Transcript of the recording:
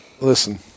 listen